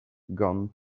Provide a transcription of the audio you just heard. gone